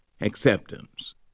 acceptance